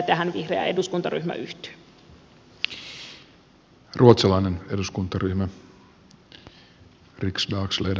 tähän vihreä eduskuntaryhmä yhtyy